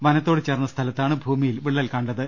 വനത്തോ ട് ചേർന്ന സ്ഥലത്താണ് ഭൂമിയിൽ വിള്ളൽ കാണപ്പെട്ടത്